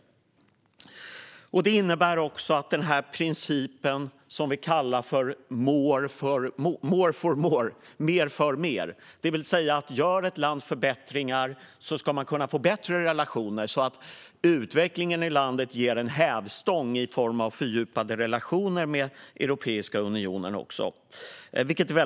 Fördjupat partner-skaps och samarbets-avtal mellan Europe-iska unionen och dess medlemsstater, å ena sidan, och Republiken Armenien, å andra sidan Det innebär också att man följer principen more for more, mer för mer - det vill säga att om ett land gör förbättringar ska man kunna få bättre relationer, så att utvecklingen i landet ger en hävstång i form av fördjupade relationer med Europeiska unionen.